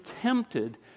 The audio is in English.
tempted